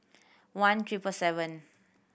one triple seven